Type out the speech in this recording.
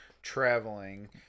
traveling